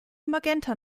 magenta